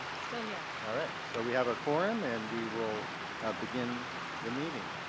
still here. all right. so we have a quorum and we will begin the meeting.